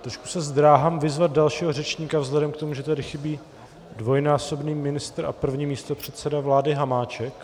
Trošku se zdráhám vyzvat dalšího řečníka vzhledem k tomu, že tady chybí dvojnásobný ministr a první místopředseda vlády Hamáček.